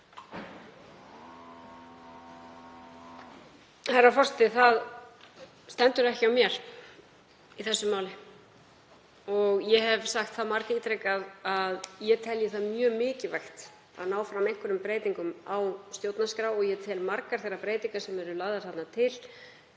Herra forseti. Það stendur ekki á mér í þessu máli og ég hef sagt það margítrekað að ég telji mjög mikilvægt að ná fram einhverjum breytingum á stjórnarskrá og ég tel margar þeirra breytinga sem eru lagðar þarna til